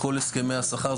בכל הסכמי השכר,